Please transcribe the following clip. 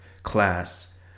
Class